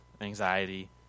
anxiety